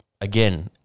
again